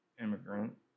immigrant